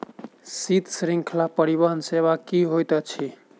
शीत श्रृंखला परिवहन सेवा की होइत अछि?